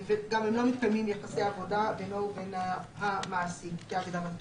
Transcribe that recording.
וגם אם לא מתקיימים יחסי עבודה בינו ובין המעסיק כהגדרתו.